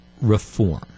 reform